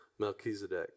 melchizedek